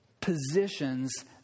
positions